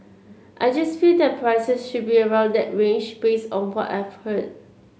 I just feel that prices should be around that range based on what I've heard